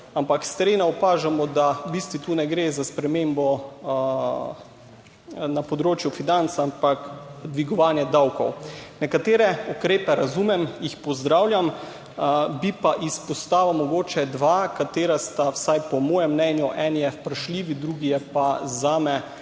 ampak s terena opažamo, da v bistvu tu ne gre za spremembo na področju financ, ampak dvigovanje davkov. Nekatere ukrepe razumem, jih pozdravljam, bi pa izpostavil mogoče dva, katera sta vsaj po mojem mnenju, en je vprašljiv, drugi je pa zame